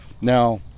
Now